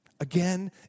Again